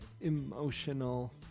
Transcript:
emotional